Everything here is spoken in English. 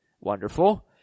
Wonderful